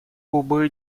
кубы